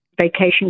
vacation